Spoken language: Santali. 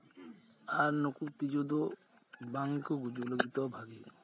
ᱟᱨ ᱱᱩᱠᱩ ᱛᱤᱡᱩ ᱫᱚ ᱵᱟᱝᱜᱮᱠᱚ ᱜᱩᱡᱩᱜ ᱞᱟᱹᱜᱤᱫᱚᱜᱼᱟ ᱵᱷᱟᱜᱮ